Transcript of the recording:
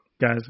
guys